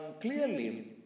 clearly